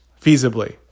feasibly